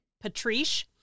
Patrice